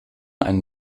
einen